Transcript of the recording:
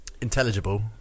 intelligible